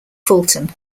fulton